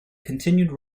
continued